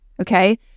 Okay